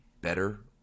better